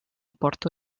porto